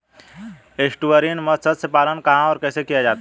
Estuarine मत्स्य पालन कहां और कैसे किया जाता है?